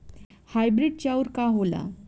Hybrid चाउर का होला?